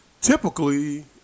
Typically